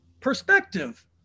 perspective